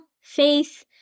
faith